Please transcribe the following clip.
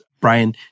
Brian